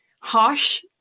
harsh